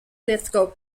lithgow